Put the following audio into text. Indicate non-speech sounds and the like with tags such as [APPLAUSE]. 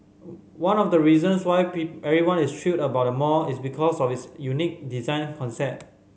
one of the reasons why [UNINTELLIGIBLE] everyone is thrilled about the mall is because of its unique design concept